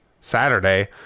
Saturday